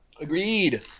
Agreed